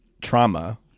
trauma